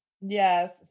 Yes